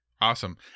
awesome